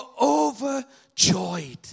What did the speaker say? overjoyed